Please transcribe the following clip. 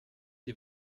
die